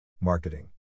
Marketing